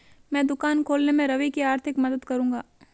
मैं दुकान खोलने में रवि की आर्थिक मदद करूंगा